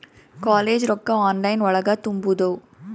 College ರೊಕ್ಕ online ಒಳಗ ತುಂಬುದು?